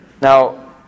Now